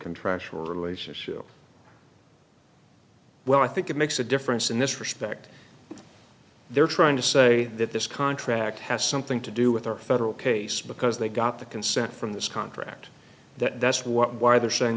contractual relationship well i think it makes a difference in this respect they're trying to say that this contract has something to do with our federal case because they got the consent from this contract that's what why they're saying